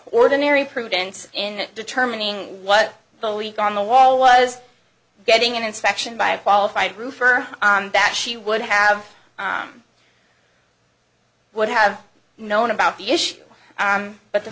ordinary prudence in determining what the leak on the wall was getting and inspection by a qualified roofer that she would have would have known about the issue but the